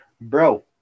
Bro